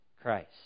Christ